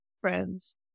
friends